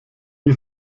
die